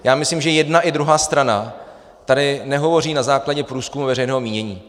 Já myslím, že jedna i druhá strana tady nehovoří na základě průzkumů veřejného mínění.